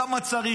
כמה צריך,